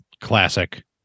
classic